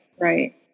right